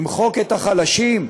למחוק את החלשים?